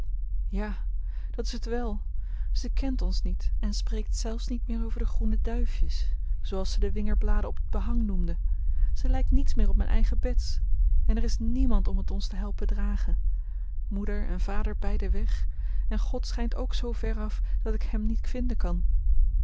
ja dat is het wel ze kent ons niet en spreekt zelfs niet meer over de groene duifjes zooals zij de wingerdbladen op het behang noemde zij lijkt niets meer op mijn eigen bets en er is niemand om het ons te helpen dragen moeder en vader beiden weg en god schijnt ook zoo ver af dat ik hem niet vinden kan